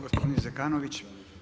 Gospodin Zekanović.